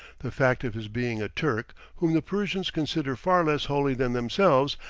the fact of his being a turk, whom the persians consider far less holy than themselves,